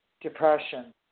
depression